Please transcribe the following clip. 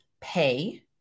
pay